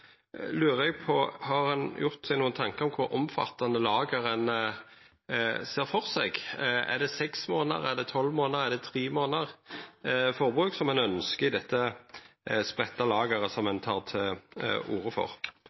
på om han har gjort seg nokre tankar om kor omfattande lager ein ser for seg. Er det tre månader, seks månader eller tolv månaders forbruk ein ønskjer i desse spreidde lagra ein tek til orde for?